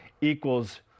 equals